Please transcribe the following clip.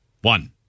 One